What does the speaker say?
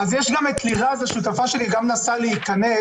גם את לירז, השותפה שלי, גם היא מנסה להיכנס,